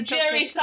Jerry